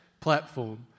platform